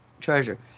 treasure